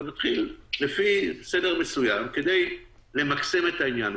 אתה מתחיל לפי סדר מסוים כדי למכסם את העניין.